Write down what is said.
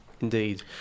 indeed